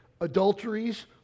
adulteries